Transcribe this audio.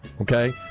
Okay